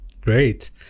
Great